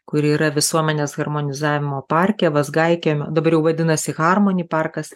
kuri yra visuomenės harmonizavimo parke vazgaikiemio dabar jau vadinasi harmoni parkas